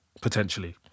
potentially